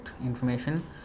information